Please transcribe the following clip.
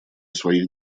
своих